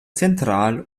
zentral